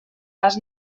pas